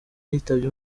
yitabye